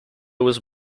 was